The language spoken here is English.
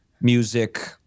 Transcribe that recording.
music